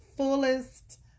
Fullest